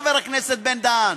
חבר הכנסת בן-דהן,